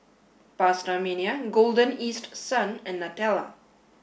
PastaMania Golden East Sun and Nutella